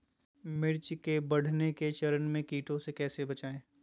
मिर्च के बढ़ने के चरण में कीटों से कैसे बचये?